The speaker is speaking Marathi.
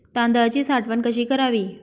तांदळाची साठवण कशी करावी?